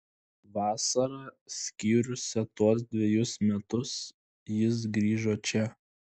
vasarą skyrusią tuos dvejus metus jis grįžo čia